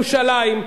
בירושלים,